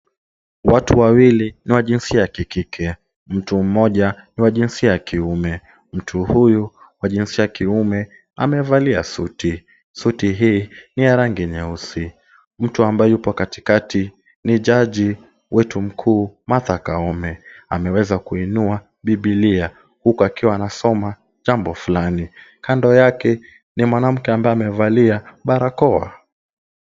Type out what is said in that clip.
Watu wawili ni wa jinsia ya kikike, mmoja niwa jinsia ya kiume. Mtu huyu wa jinsia ya kiume amevalia suti. Suti hii ni ya rangi nyeusi. Mtu ambaye yupo katikati ni jaji wetu mkuu Martha Koome. Ameweza kuinua biblia huku akiwa anasoma jambo fulani. Kando yake ni mwanamke ambaye amevalia barakoa.